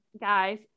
guys